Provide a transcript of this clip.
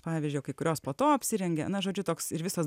pavyzdžiui o kai kurios po to apsirengia na žodžiu toks ir visas